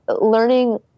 learning